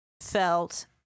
felt